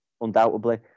undoubtedly